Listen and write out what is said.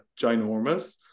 ginormous